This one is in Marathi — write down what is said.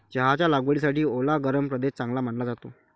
चहाच्या लागवडीसाठी ओला गरम प्रदेश चांगला मानला जातो